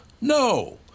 No